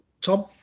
Tom